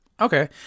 Okay